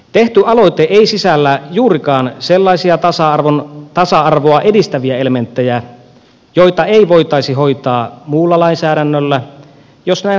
tehty aloite ei sisällä juurikaan sellaisia tasa arvoa edistäviä elementtejä joita ei voitaisi hoitaa muulla lainsäädännöllä jos näin haluttaisiin